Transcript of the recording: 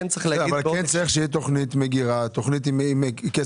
אבל כן צריכה להיות תכנית מגרה עם כסף.